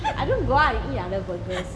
I don't go out you eat other burgers